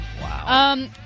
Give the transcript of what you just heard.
Wow